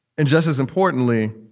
and just as importantly,